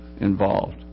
involved